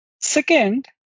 Second